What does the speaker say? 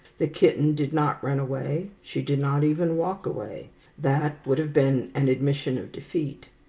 the kitten did not run away, she did not even walk away that would have been an admission of defeat.